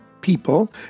people